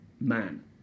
man